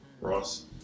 Ross